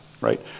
right